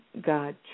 God